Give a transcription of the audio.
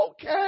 Okay